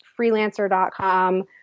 freelancer.com